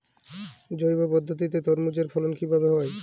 জৈব পদ্ধতিতে তরমুজের ফলন কিভাবে হয়?